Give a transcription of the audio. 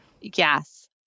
Yes